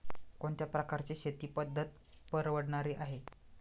कोणत्या प्रकारची शेती पद्धत परवडणारी आहे?